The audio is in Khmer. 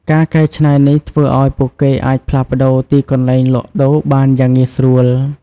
ការកែច្នៃនេះ ធ្វើឱ្យពួកគេអាចផ្លាស់ប្តូរទីកន្លែងលក់ដូរបានយ៉ាងងាយស្រួល។